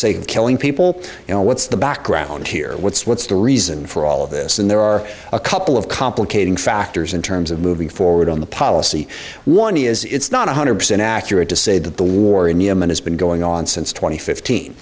sake of killing people you know what's the background here what's what's the reason for all of this and there are a couple of complicating factors in terms of moving forward on the policy one is it's not one hundred percent accurate to say that the war in yemen has been going on since tw